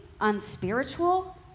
unspiritual